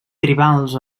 tribals